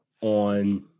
on